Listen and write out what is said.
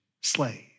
slave